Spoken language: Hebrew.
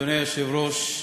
אדוני היושב-ראש,